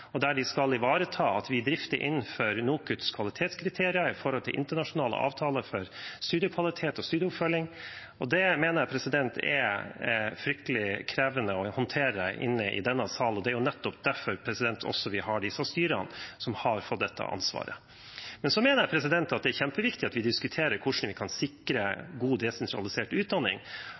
der de skal ivareta at det driftes innenfor NOKUTs kvalitetskriterier og internasjonale avtaler for studiekvalitet og -oppfølging. Det mener jeg er fryktelig krevende å håndtere i denne salen, og det er nettopp derfor vi har disse styrene som har fått dette ansvaret. Jeg mener at det er kjempeviktig at vi diskuterer hvordan vi kan sikre god desentralisert utdanning.